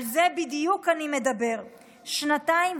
על זה בדיוק אני מדבר שנתיים,